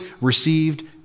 received